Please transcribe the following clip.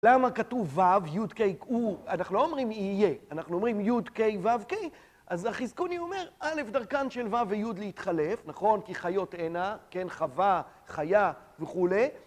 למה כתוב ו', יו"ד, קיי, קאו, אנחנו לא אומרים "יהיה", אנחנו אומרים יו"ד קיי ו"ו קיי, אז החזקוני אומר, אל"ף, דרכן של ו"ו ויו"ד להתחלף, נכון, כי חיות הנה, כן, חווה, חיה וכולי.